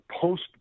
Post